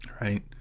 right